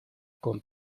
con